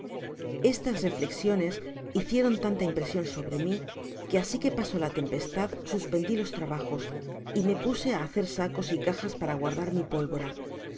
estas reflexiones hicieron tanta impresion sobre mi que asi que pasó la tempestad suspendi los trabajos y me puso á hacer sacos y cajas para guardar mi pólvora